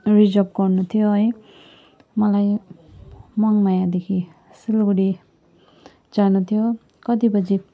reserve गर्नु थियो है मलाई मङमायादेखि सिलगडी जानु थियो कति बजे